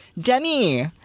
Demi